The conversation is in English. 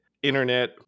internet